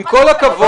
עם כל הכבוד,